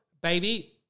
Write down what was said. baby